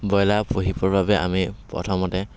broiler পুহিবৰ বাবে আমি প্ৰথমতে